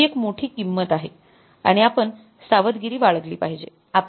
ही एक मोठी किंमत आहे आणि आपण सावधगिरी बाळगली पाहिजे